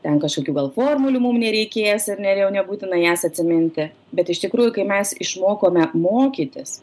ten kažkokių gal formulių mum nereikės ar ne ir jau nebūtina jas atsiminti bet iš tikrųjų kai mes išmokome mokytis